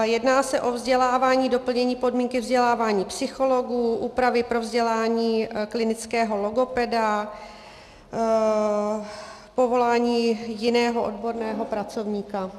Jedná se o vzdělávání, doplnění podmínky vzdělávání psychologů, úpravy pro vzdělání klinického logopeda, povolání jiného odborného pracovníka.